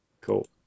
Cool